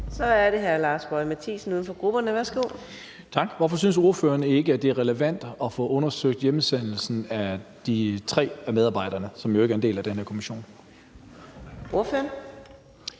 Kl. 14:05 Lars Boje Mathiesen (UFG): Tak. Hvorfor synes ordføreren ikke, at det er relevant at få undersøgt hjemsendelsen af de tre medarbejdere, som jo ikke en del af den her kommission? Kl.